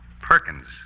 Perkins